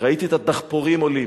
כשראיתי את הדחפורים עולים,